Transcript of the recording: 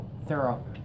Thorough